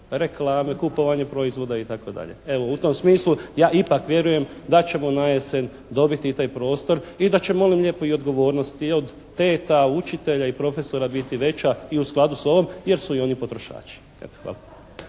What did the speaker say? reklame, kupovanje proizvoda itd. Evo, u tom smislu ja ipak vjerujem da ćemo najesen dobiti i taj prostor i da će molim lijepo i odgovornost i od teta, učitelja i profesora biti veća i u skladu sa ovom jer su i oni potrošači. Eto,